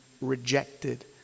rejected